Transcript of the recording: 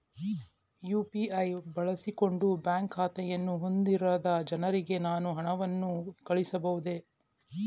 UPI ಬಳಸಿಕೊಂಡು bank ಖಾತೆಯನ್ನು ಹೊಂದಿರದ ಜನರಿಗೆ ನಾನು ಹಣವನ್ನು ಕಳುಹಿಸಬಹುದೇ?